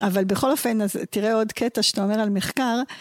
אבל בכל אופן, אז תראה עוד קטע שאתה אומר על מחקר.